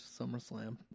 SummerSlam